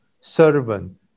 servant